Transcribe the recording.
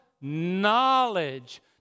Knowledge